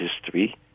history